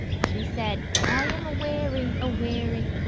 she said i am aweary, aweary,